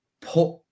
put